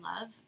love